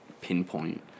pinpoint